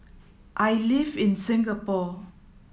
I live in Singapore